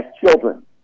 children